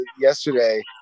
yesterday